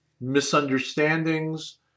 misunderstandings